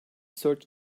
search